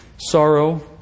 sorrow